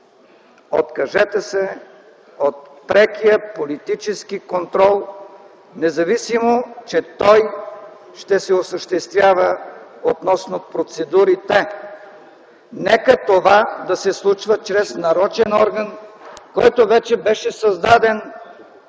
откажете се от прекия политически контрол, независимо, че той ще се осъществява относно процедурите. Нека това да се случва чрез нарочен орган, който вече беше създаден